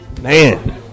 Man